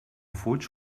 fuig